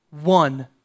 one